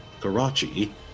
Karachi